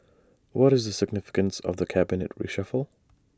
what is the significance of the cabinet reshuffle